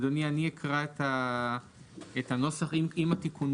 אדוני, אני אקרא את הנוסח עם התיקונים.